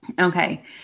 Okay